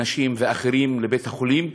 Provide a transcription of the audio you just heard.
נשים ואחרים לבית-החולים,